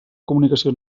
comunicació